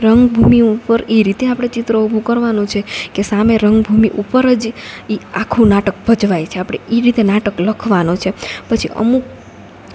રંગભૂમિ ઉપર એ રીતે આપણે ચિત્ર ઊભું કરવાનું છે કે સામે રંગભૂમિ ઉપર જ એ આખું નાટક ભજવાય છે આપણે એ રીતે નાટક લખવાનો છે પછી અમુક